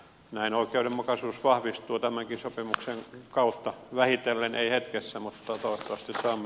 näin oikeudenmukaisuus vahvistuu tämänkin sopimuksen kautta vähitellen ei hetkessä mutta toisaalta from